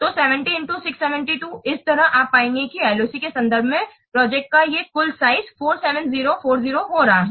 तो 70 x 672 इस तरह आप पाएंगे कि एलओसी के संदर्भ में प्रोजेक्ट का ये कुल साइज 47040 हो रहा है